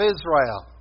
Israel